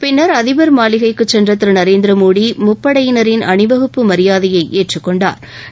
பின்னர் அதிபர் மாளிகைக்கு சென்ற திரு நரேந்திர மோடி முப்படையினரின் அணிவகுப்பு மரியாதையை ஏற்றுகொண்டாா்